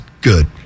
good